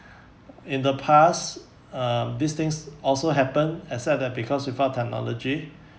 in the past uh these things also happen except that because without technology